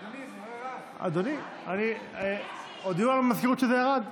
אדוני, הודיעו לנו במזכירות שזה ירד.